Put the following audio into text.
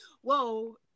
Whoa